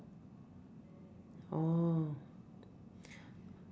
orh